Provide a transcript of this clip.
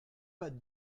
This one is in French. pas